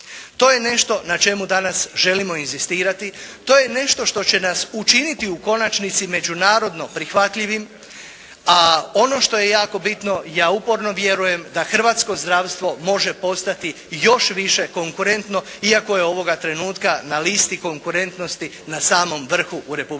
To je nešto na čemu danas želimo inzistirati, to je nešto što će nas učiniti u konačnici međunarodno prihvatljivim, a ono što je jako bitno ja uporno vjerujem da hrvatsko zdravstvo može postati još više konkurentno iako je ovoga trenutka na listi konkurentnosti na samom vrhu u Republici